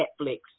Netflix